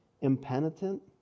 impenitent